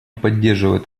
поддерживает